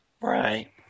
Right